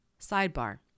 Sidebar